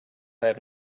have